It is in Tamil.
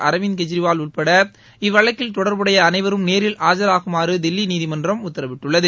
அரவிந்த் கெஜ்ரிவால் உள்பட இவ் வழக்கில் தொடர்புடைய அனைவரும் நேரில் ஆஜராகுமாறு தில்லி நீதிமன்றம் உத்தரவிட்டுள்ளது